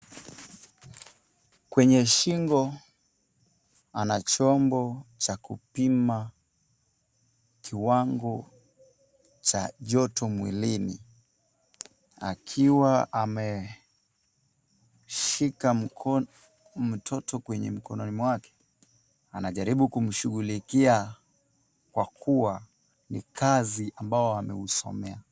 Kwenye shingo ana chombo cha kupima kiwango cha joto mwilini akiwa ameshika mtoto kwenye mkononi mwake anajaribu kumshughulikia kwa kuwa ni kazi ambayo ameusomea.